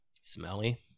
Smelly